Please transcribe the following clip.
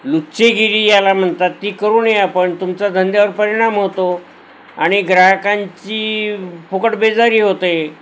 लुच्चेगिरी याला म्हणतात ती करू नये आपण तुमच्या धंद्यावर परिणाम होतो आणि ग्राहकांची फुकट बेजारी होते